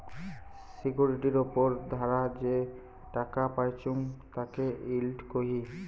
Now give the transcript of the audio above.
সিকিউরিটির উপর ধারা যে টাকা পাইচুঙ তাকে ইল্ড কহি